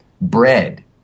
Bread